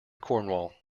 cornwall